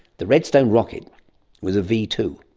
the redstone rocket was a v two.